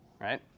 right